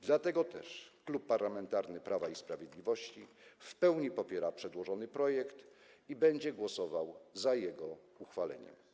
Dlatego też Klub Parlamentarny Prawo i Sprawiedliwość w pełni popiera przedłożony projekt i będzie głosował za jego uchwaleniem.